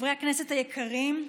חברי הכנסת היקרים,